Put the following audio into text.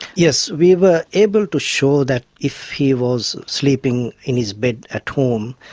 yes, we were able to show that if he was sleeping in his bed at home,